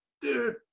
dude